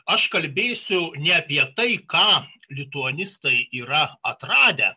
aš kalbėsiu ne apie tai ką lituanistai yra atradę